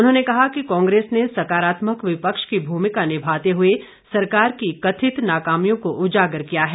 उन्होंने कहा कि कांग्रेस ने सकारात्मक विपक्ष की भूमिका निभाते हुए सरकार की कथित नाकामियों को उजागर किया है